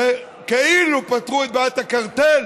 שכאילו פתרו את בעיית הקרטל,